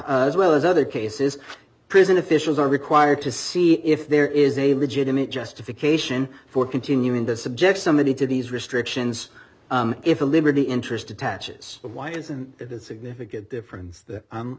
as well as other cases prison officials are required to see if there is a legitimate justification for continuing the subject somebody to these restrictions if a liberty interest attaches why isn't it a significant difference that